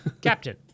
Captain